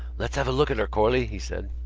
let's have a look at her, corley, he said.